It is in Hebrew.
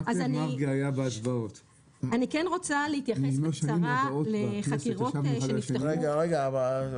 אני כן רוצה להתייחס בקצרה לחקירות שנפתחו לאחרונה